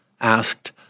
asked